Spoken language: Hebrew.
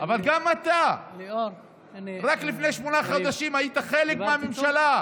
אבל גם אתה רק לפני שמונה חודשים היית חלק מהממשלה.